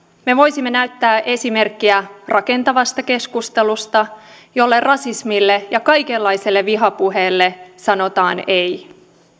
me voisimme näyttää esimerkkiä rakentavasta keskustelusta jossa rasismille ja kaikenlaiselle vihapuheelle sanotaan ei